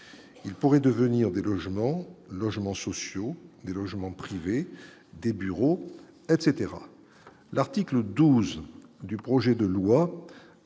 ils pourraient devenir des logements logements sociaux des logements privés, des bureaux, etc, l'article 12 du projet de loi